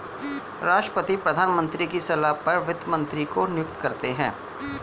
राष्ट्रपति प्रधानमंत्री की सलाह पर वित्त मंत्री को नियुक्त करते है